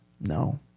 no